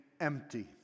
empty